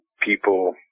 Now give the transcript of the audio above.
people